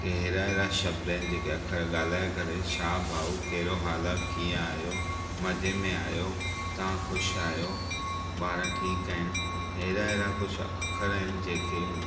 कि अहिड़ा अहिड़ा शब्द आहिनि जेके अखर ॻाल्हए करे छा भाउ कहिड़ो हाल आहे कीअं आहियो मज़े में आहियो तव्हां ख़ुश आहियो ॿार ठीक आहिनि अहिड़ा अहिड़ा कुझु अखर आहिनि जेके